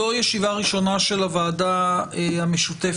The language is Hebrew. זו ישיבה ראשונה של הוועדה המשותפת